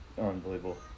Unbelievable